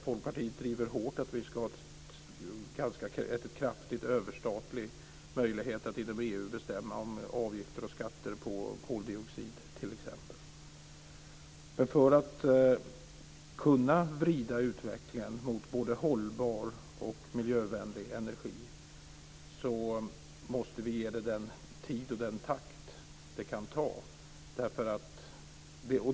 Folkpartiet driver hårt att vi ska ha en kraftig överstatlig möjlighet att inom EU bestämma om avgifter och skatter på t.ex. koldioxid. Men för att vi ska kunna vrida utvecklingen mot både hållbar och miljövänlig energi måste det här få ta den tid som krävs.